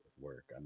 work